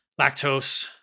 lactose